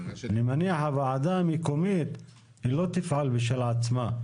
אני מניח שהוועדה המקומית לא תפעל בשם עצמה.